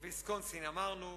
ויסקונסין, אמרנו.